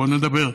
בוא נדבר.